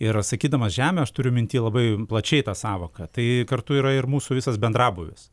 ir sakydamas žemę aš turiu minty labai plačiai tą sąvoką tai kartu yra ir mūsų visas bendrabūvis